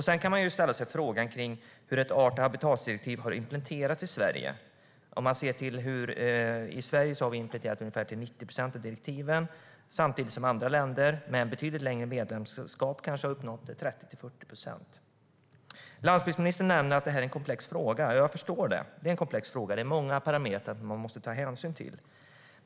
Sedan kan man fråga sig hur ett art och habitatsdirektiv har implementerats i Sverige. Vi har i Sverige integrerat ungefär 90 procent av direktiven, samtidigt som andra länder, med betydligt längre medlemskap, kanske har uppnått 30-40 procent. Landsbygdsministern nämner att det är en komplex fråga. Jag förstår det. Det är många parametrar som man måste ta hänsyn till.